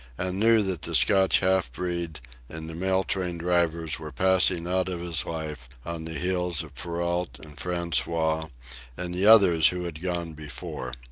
and knew that the scotch half-breed and the mail-train drivers were passing out of his life on the heels of perrault and francois and the others who had gone before.